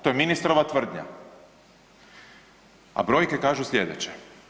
To je ministrova tvrdnja, a brojke kažu sljedeće.